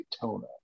Daytona